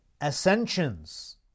ascensions